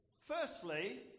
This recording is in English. Firstly